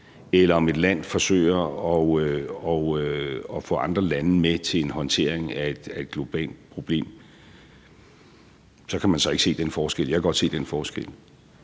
eller om et land forsøger at få andre lande med til en håndtering af et globalt problem, så kan man så ikke se den forskel. Jeg kan godt se den forskel.